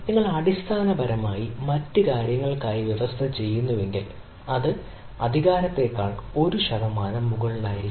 നിങ്ങൾ അടിസ്ഥാനപരമായി മറ്റ് കാര്യങ്ങൾക്കായി വ്യവസ്ഥ ചെയ്യുന്നുവെങ്കിൽ അത് അധികാരത്തെക്കാൾ 1 ശതമാനത്തിന് മുകളിലായിരിക്കാം